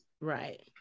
Right